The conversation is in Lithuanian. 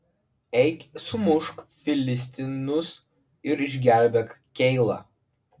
eik sumušk filistinus ir išgelbėk keilą